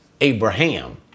Abraham